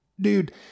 dude